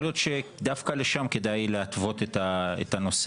יכול להיות שדווקא לשם כדאי להתוות את הנושא.